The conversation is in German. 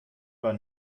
war